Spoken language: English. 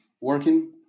working